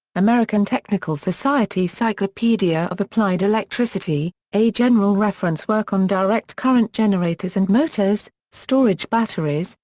american technical society. cyclopedia of applied electricity a general reference work on direct-current generators and motors, storage batteries,